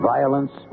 Violence